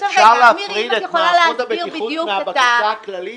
אפשר להפריד את מערכות הבטיחות מהבקשה הכללית?